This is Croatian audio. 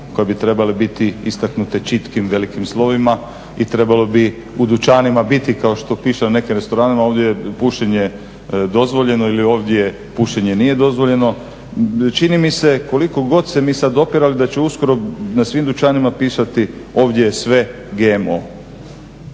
koje bi trebale biti istaknute čitkim velikim slovima i trebalo bi u dućanima biti kao što piše u nekim restoranima ovdje je pušenje dozvoljeno ili ovdje pušenje nije dozvoljeno. Čini mi se koliko god se mi sada opirali da će uskoro na svim dućanima pisati ovdje je sve GMO.